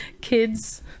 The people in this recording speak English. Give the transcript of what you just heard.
kids